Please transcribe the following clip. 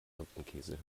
hirtenkäse